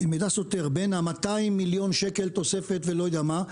מידע סותר בין ה-200 מיליון שקלים תוספת ללא יודע מה,